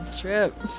trip